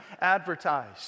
advertised